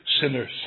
sinners